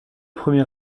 premier